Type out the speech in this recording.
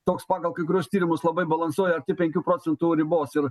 toks pagal kaikuriuos tyrimus labai balansuoja arti penkių procentų ribos ir